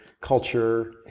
culture